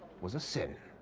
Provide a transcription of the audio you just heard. was a sin.